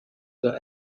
the